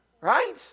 right